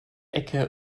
ecke